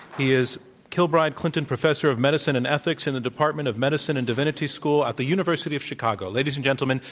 he is kilbride clinton professor of medicine and ethics in the department of medicine and divinity school at the university of chicago. ladies and gentlemen,